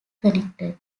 connected